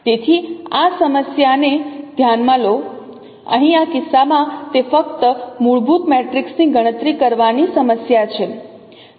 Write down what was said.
તેથી આ સમસ્યાને ધ્યાન લો અહીં આ કિસ્સામાં તે ફક્ત મૂળભૂત મેટ્રિક્સની ગણતરી કરવાની સમસ્યા છે